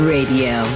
Radio